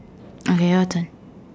okay your turn